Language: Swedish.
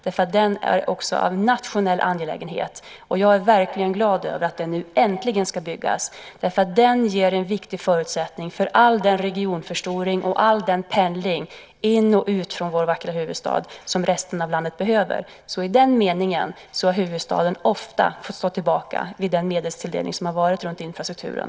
Den är också en nationell angelägenhet. Jag är verkligen glad att den nu äntligen ska byggas. Den är en viktig förutsättning för all den regionförstoring och all den pendling in till och ut från vår vackra huvudstad som resten av landet behöver. I den meningen har huvudstaden ofta fått stå tillbaka vid den medelstilldelning som har varit runt infrastrukturen.